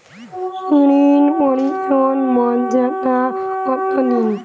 ঋণ পরিশোধের মেয়াদ কত দিন?